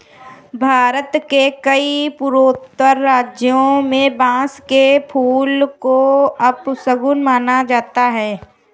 भारत के कई पूर्वोत्तर राज्यों में बांस के फूल को अपशगुन माना जाता है